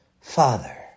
father